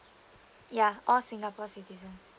yeah all singapore citizen